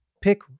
pick